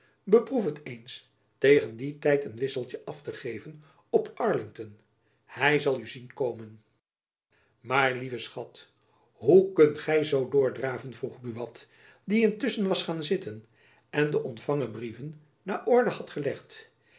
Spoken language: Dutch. beproef het eens tegen dien tijd een wisseltjen af te geven op arlington hy zal u zien komen maar lieve schat hoe kunt gy nu zoo doordraven vroeg buat die intusschen was gaan zitten en de ontfangen brieven naar orde had gelegd